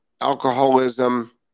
alcoholism